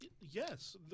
Yes